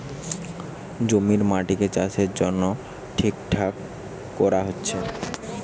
জমির মাটিকে চাষের জন্যে ঠিকঠাক কোরা হচ্ছে